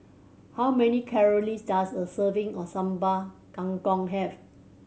how many calories does a serving of Sambal Kangkong have